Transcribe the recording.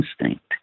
instinct